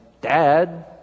dad